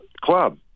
club